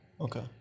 okay